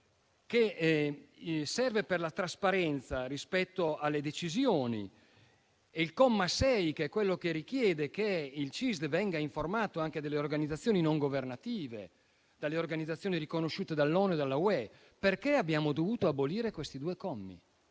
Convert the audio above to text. si occupa della trasparenza rispetto alle decisioni. Il comma 6 è quello che richiede che il CISD venga informato anche dalle organizzazioni non governative, dalle organizzazioni riconosciute dall'ONU e dall'Unione europea. Perché abbiamo dovuto abolire questi due commi?